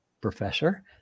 professor